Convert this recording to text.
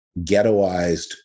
ghettoized